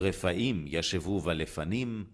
רפאים ישבו ולפנים.